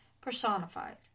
personified